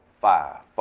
five